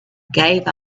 gave